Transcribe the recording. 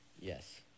Yes